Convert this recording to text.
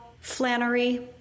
flannery